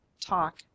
talk